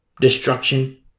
destruction